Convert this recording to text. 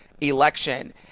election